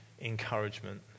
encouragement